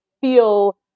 feel